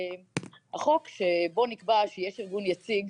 החוק שבו נקבע שיש ארגון יציג,